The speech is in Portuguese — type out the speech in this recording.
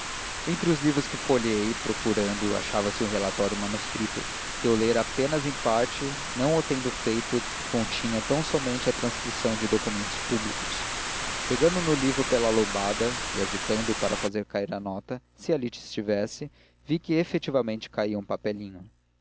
entre os livros que folheei procurando achava-se um relatório manuscrito que eu lera apenas em parte não o tendo feito na que continha tão-somente a transcrição de documentos públicos pegando no livro pela lombada e agitando o para fazer cair a nota se ali estivesse vi que efetivamente caía um papelinho